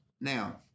Now